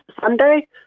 Sunday